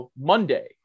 Monday